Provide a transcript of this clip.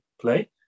play